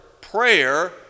prayer